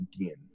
again